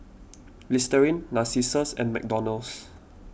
Listerine Narcissus and McDonald's